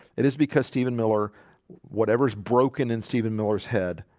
it is because stephen miller whatever is broken in stephen miller's head